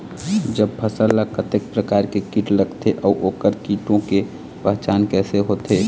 जब फसल ला कतेक प्रकार के कीट लगथे अऊ ओकर कीटों के पहचान कैसे होथे?